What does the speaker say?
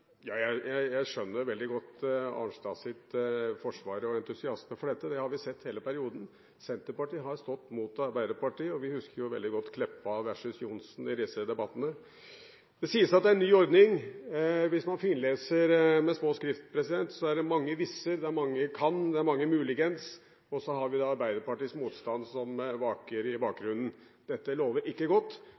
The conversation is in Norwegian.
Jeg skjønner veldig godt Arnstads forsvar og entusiasme for dette. Det har vi sett hele perioden. Senterpartiet har stått mot Arbeiderpartiet, og vi husker veldig godt Meltveit Kleppa versus Johnsen i disse debattene. Det sies at det er en ny ordning. Hvis man finleser det som står med liten skrift, er det mange «hvis», «kan» og «muligens». Og så har vi Arbeiderpartiets motstand som vaker i bakgrunnen. Dette lover ikke godt,